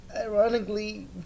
ironically